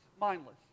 mindless